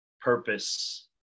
purpose